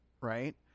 right